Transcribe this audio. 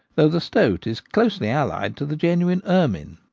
though the stoat is closely allied to the genuine ermine.